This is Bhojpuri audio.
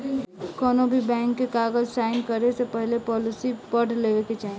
कौनोभी बैंक के कागज़ साइन करे से पहले पॉलिसी पढ़ लेवे के चाही